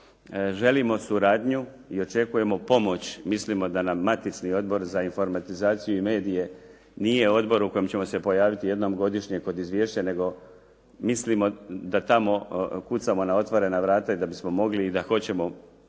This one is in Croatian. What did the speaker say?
Želimo suradnju i očekujemo pomoć. Mislimo da nam matični Odbor za informatizaciju i medije nije odbor u kojem ćemo se pojaviti jednom godišnje kod izvješća nego mislimo da tamo kucamo na otvorena vrata i da bismo mogli i da hoćemo